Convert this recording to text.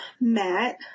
Matt